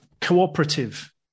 cooperative